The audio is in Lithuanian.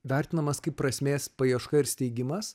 vertinamas kaip prasmės paieška ir steigimas